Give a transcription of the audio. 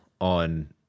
on